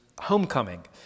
homecoming